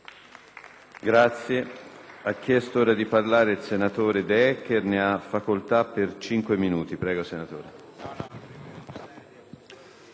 Grazie!